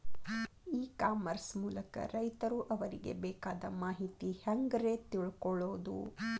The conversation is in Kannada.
ಇ ಕಾಮರ್ಸ್ ಮೂಲಕ ರೈತರು ಅವರಿಗೆ ಬೇಕಾದ ಮಾಹಿತಿ ಹ್ಯಾಂಗ ರೇ ತಿಳ್ಕೊಳೋದು?